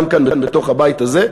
גם כאן בתוך הבית הזה?